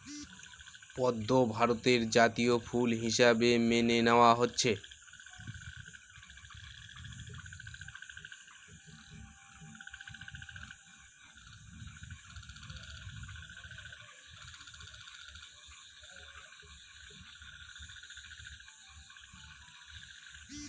পদ্ম ভারতের জাতীয় ফুল হিসাবে মেনে নেওয়া হয়েছে